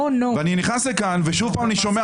אני נכנס לכאן ושוב אני שומע,